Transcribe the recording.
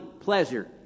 pleasure